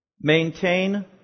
Maintain